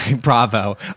Bravo